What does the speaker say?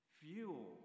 fuel